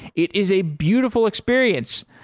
it is a beautiful experience.